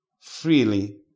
freely